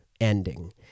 ending